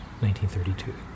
1932